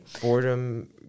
Boredom